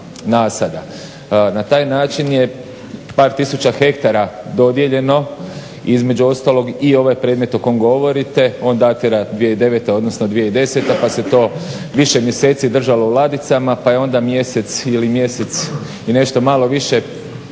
Na taj način je par tisuća hektara dodijeljeno između ostalog i ovaj predmet o kom govorite. On datira 2009., odnosno 2010. pa se to više mjeseci držalo u ladicama pa je onda mjesec i mjesec i nešto malo više prije